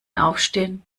aufstehen